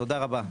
תודה רבה.